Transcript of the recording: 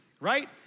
right